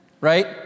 Right